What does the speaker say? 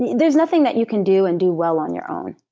there's nothing that you can do and do well on your own.